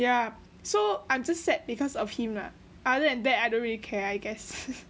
yeah so I'm just sad because of him lah than that I don't really care I guess